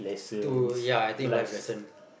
to ya I think life lesson